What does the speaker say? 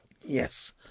yes